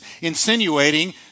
insinuating